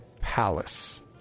palace